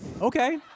Okay